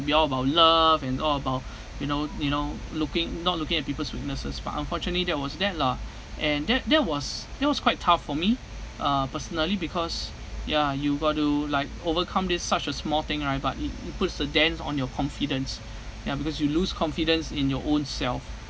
to be all about love and all about you know you know looking not looking at people's weaknesses but unfortunately that was that lah and that that was that was quite tough for me uh personally because ya you got do like overcome this such a small thing right but it it puts a dent on your confidence ya because you lose confidence in your ownself